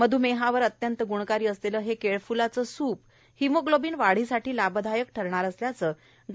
मधुमेहावर अत्यंत गुणकारी असलेलं हे केळफ्लाचं सूप हिमोग्लोबीन वाढीसाठीही लाभदायक ठरणार असल्याचं डॉ